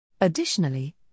Additionally